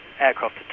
aircraft